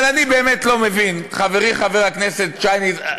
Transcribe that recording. אבל אני באמת לא מבין, חברי חבר הכנסת שטייניץ.